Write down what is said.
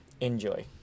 Enjoy